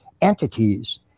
entities